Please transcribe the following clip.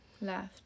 Left